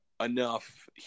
enough